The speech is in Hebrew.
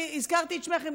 אני הזכרתי את שמך.